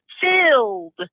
filled